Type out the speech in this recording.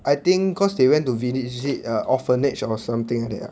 I think cause they went to village visit err orphanage or something like that lah